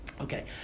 Okay